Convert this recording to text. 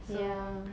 so